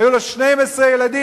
היו לו 12 ילדים,